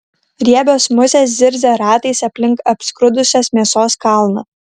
riebios musės zirzia ratais aplink apskrudusios mėsos kalną